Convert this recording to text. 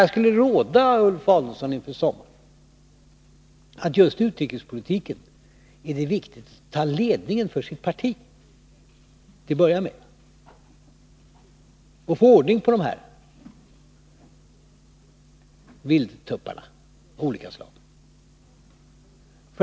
Jag skulle vilja råda Ulf Adelsohn inför sommaren: Just i utrikespolitiken är det viktigt att ta ledningen för sitt parti för att få ordning på de här vildtupparna av olika slag.